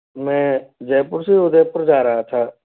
मैं जयपुर से उदयपुर जा रहा था